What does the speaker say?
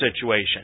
situation